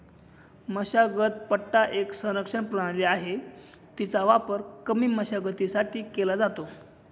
मशागत पट्टा एक संरक्षण प्रणाली आहे, तिचा वापर कमी मशागतीसाठी केला जातो